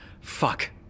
fuck